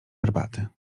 herbaty